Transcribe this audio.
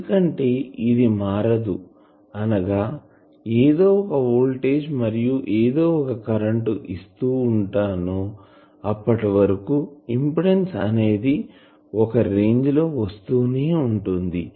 ఎందుకంటే ఇది మారదు అనగా ఎదో ఒక వోల్టాజ్ మరియు ఎదో ఒక కరెంటు ఇస్తూ ఉంటానో అప్పటివరకుఇంపిడెన్సు అనేది ఒక రేంజ్ లో వస్తూనే ఉంటుంది